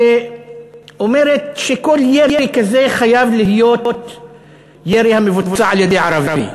שאומרת שכל ירי כזה חייב להיות ירי המבוצע על-ידי ערבי,